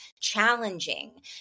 challenging